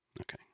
Okay